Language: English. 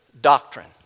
Doctrine